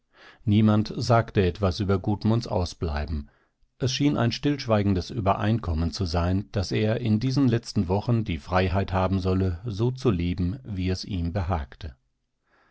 niemand sagte etwas über gudmunds ausbleiben es schien ein stillschweigendes übereinkommen zu sein daß er in diesen letzten wochen die freiheit haben solle so zu leben wie es ihm behagte